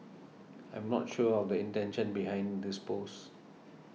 I'm not sure of the intention behind this post